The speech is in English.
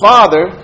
Father